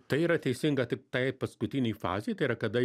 tai yra teisinga tiktai paskutinėj fazėj tai yra kada